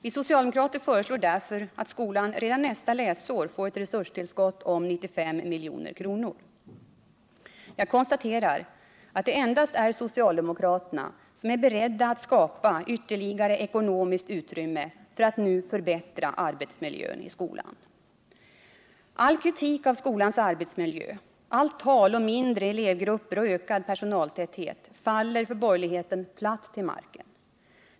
Vi socialdemokrater föreslår därför att skolan redan nästa läsår får ett resurstillskott om 95 milj.kr. Jag konstaterar att det endast är socialdemokraterna som är beredda att skapa ytterligare ekonomiskt utrymme för att nu förbättra arbetsmiljön i skolan. All kritik av skolans arbetsmiljö, allt tal om mindre elevgrupper och ökad personaltäthet faller för borgerligheten platt till marken.